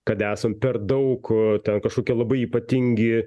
kad esam per daug ten kažkokie labai ypatingi